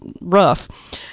rough